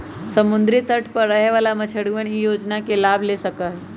समुद्री तट पर रहे वाला मछुअरवन ई योजना के लाभ ले सका हई